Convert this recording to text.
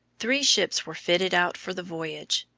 three ships were fitted out for the voyage.